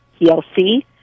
PLC